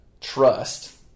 trust